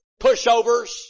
pushovers